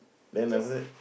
then after that